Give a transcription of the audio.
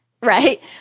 Right